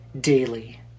daily